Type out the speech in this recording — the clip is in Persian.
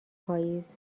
پاییز